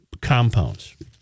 compounds